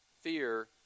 fear